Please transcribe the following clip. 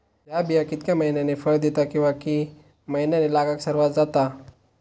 हया बिया कितक्या मैन्यानी फळ दिता कीवा की मैन्यानी लागाक सर्वात जाता?